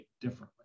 differently